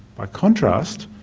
by contrast,